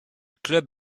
club